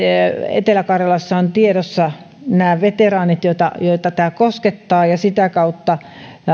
etelä karjalassa ovat tiedossa nämä veteraanit joita joita tämä koskettaa ja sitä kautta